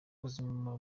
ubuzima